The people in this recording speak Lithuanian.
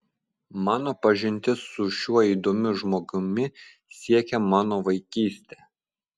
mano pažintis su šiuo įdomiu žmogumi siekia mano vaikystę